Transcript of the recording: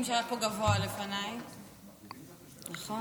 אני חושב שהדברים שהוא הקריא מדבריו של ד"ר דוד ביטון היו לך מעניינים.